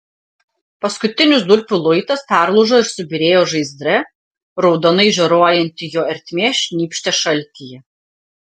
paskutinis durpių luitas perlūžo ir subyrėjo žaizdre raudonai žioruojanti jo ertmė šnypštė šaltyje